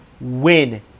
win